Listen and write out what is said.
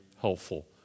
helpful